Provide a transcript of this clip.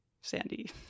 Sandy